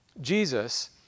Jesus